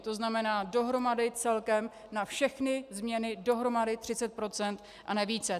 To znamená dohromady, celkem na všechny změny, dohromady 30 % a ne více.